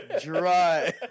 dry